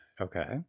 Okay